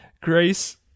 Grace